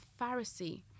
Pharisee